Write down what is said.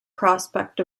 prospect